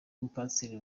mupasiteri